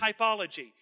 typology